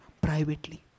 privately